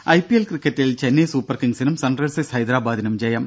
രുഭ ഐപിഎൽ ക്രിക്കറ്റിൽ ചെന്നൈ സൂപ്പർ കിങ്സിനും സൺറൈസേഴ്സ് ഹൈദരാബാദിനും വിജയം